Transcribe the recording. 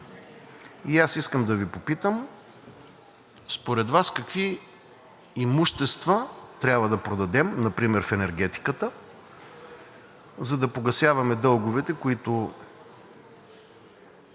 и аз искам да Ви попитам: според Вас какви имущества трябва да продадем например в енергетиката, за да погасяваме дълговете, които